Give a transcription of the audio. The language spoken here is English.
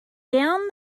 down